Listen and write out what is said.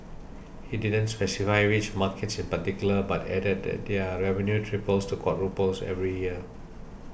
he didn't specify which markets in particular but added that their revenue triples to quadruples every year